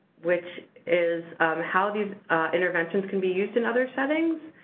which is how these interventions can be used in other settings.